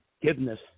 forgiveness